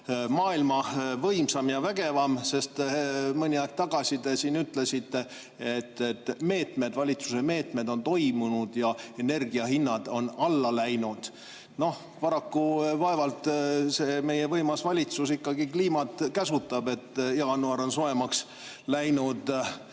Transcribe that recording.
maailma võimsaim ja vägevaim, sest mõni aeg tagasi te siin ütlesite, et valitsuse meetmed on toiminud ja energiahinnad on alla läinud. Paraku vaevalt meie võimas valitsus kliimat käsutab, et jaanuar on soojemaks läinud.